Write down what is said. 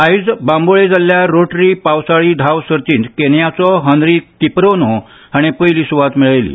आज बांबोळे जाल्ल्या रोटरी पावसाळी धांव सर्तींत केनयाचो हनरी किपरोनो हाणे पयलीं सुवात मेळयली